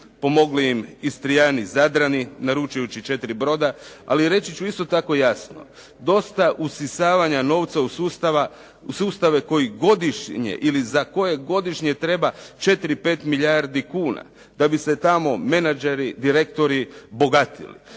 pomogli im Istriani i Zadrani naručujući četiri broda, ali reći ću isto tako jasno. Dosta usisavanja novca u sustave koji godišnje ili za koje godišnje treba 4 do 5 milijardi kuna da bi se tamo menađeri, direktori bogatili.